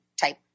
type